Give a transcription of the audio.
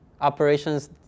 operations